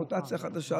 המוטציה חדשה,